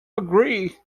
agree